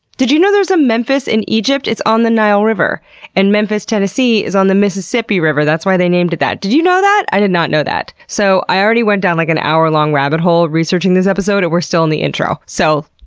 did you know there was a memphis in egypt? it's on the nile river and memphis, tennessee is on the mississippi river. that's why they named it that. did you know that? i did not know that. so, i already went down like an hour-long rabbit hole researching this episode and we're still in the intro. so,